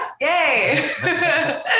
yay